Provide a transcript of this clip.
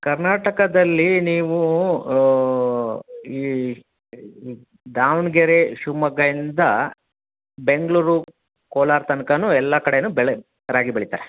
ಕರ್ನಾಟಕದಲ್ಲಿ ನೀವು ಈ ದಾವಣಗೆರೆ ಶಿವಮೊಗ್ಗಯಿಂದ ಬೆಂಗಳೂರು ಕೋಲಾರ ತನ್ಕವೂ ಎಲ್ಲ ಕಡೆಯೂ ಬೆಳೆ ರಾಗಿ ಬೆಳಿತಾರೆ